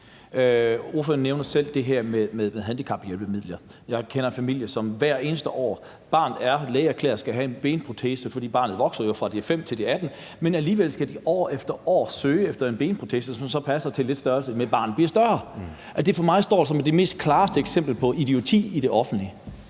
Ordføreren nævner selv det her med handicaphjælpemidler. Jeg kender en familie, som har et barn, der har lægeerklæring på, at det skal have en benprotese hvert år, for barnet vokser jo, fra det er 5 år, til det er 18 år, men alligevel skal de år efter år søge om en benprotese, som så passer i størrelsen til, at barnet bliver større. Det står for mig som det klareste eksempel på idioti i det offentlige.